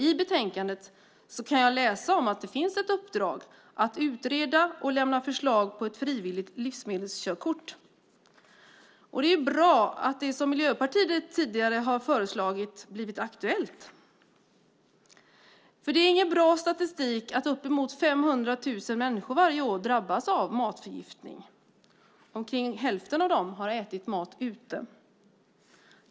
I betänkandet kan jag läsa att det finns ett uppdrag att utreda och lämna förslag på ett frivilligt livsmedelskörkort. Det är bra att det som Miljöpartiet tidigare föreslagit har blivit aktuellt. Det är ingen bra statistik att upp mot 500 000 människor varje år drabbas av matförgiftning. Omkring hälften av dem har ätit mat ute.